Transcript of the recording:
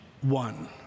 one